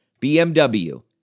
BMW